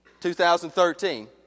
2013